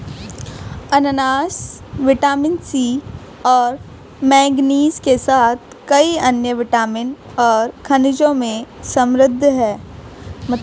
अनन्नास vitamin C और manganese के साथ कई अन्य विटामिन और खनिजों में समृद्ध हैं